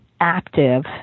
active